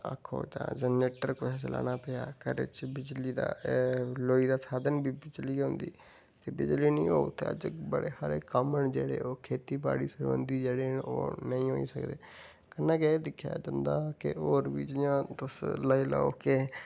आक्खो जां जनरेटर कुसै चलाना पेआ घरै च लोई दा साधन बी बिजली गै होंदी ते बिजली निं होग ते अज्ज बड़े सारे कम्म न जेह्ड़े ओह् खेतबाड़ी होंदे ओह् नेईं होई सकदे कन्नै गै एह् दिक्खेआ जंदा कि होर बी जियां तुस लाई लैओ के